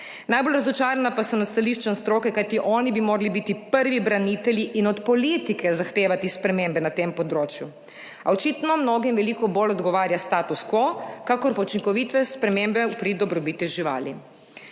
Najbolj razočarana pa sem nad stališčem stroke, kajti oni bi morali biti prvi branitelji in od politike zahtevati spremembe na tem področju, a očitno mnogim veliko bolj odgovarja status quo kakor pa učinkovite spremembe v prid dobrobiti živali.